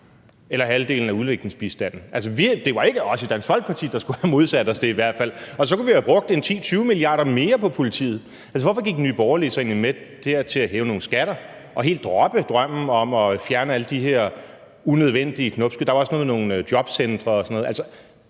eller halvdelen af udviklingsbistanden? Det var i hvert fald ikke os i Dansk Folkeparti, der skulle have modsat os det, og så kunne vi jo have brugt 10-20 mia. kr. mere på politiet. Hvorfor gik Nye Borgerlige så egentlig dér med til at hæve nogle skatter og helt droppe drømmen om at fjerne alle de her unødvendige knopskud? Der var også noget med nogle jobcentre og sådan noget.